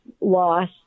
loss